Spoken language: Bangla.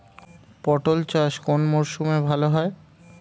পটল চাষ কোন মরশুমে ভাল হয়?